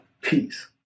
Peace